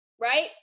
right